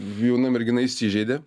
jauna mergina įsižeidė